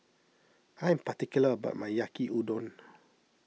I am particular about my Yaki Udon